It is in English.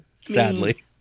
sadly